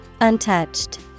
Untouched